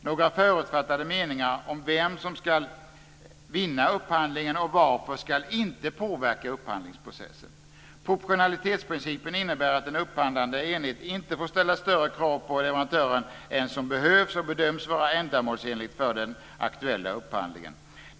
Några förutfattade meningar om vem som ska vinna upphandlingen och varför ska inte påverka upphandlingsprocessen. Proportionalitetsprincipen innebär att en upphandlande enhet inte får ställa större krav på leverantören än som behövs och bedöms vara ändamålsenligt för den aktuella upphandlingen.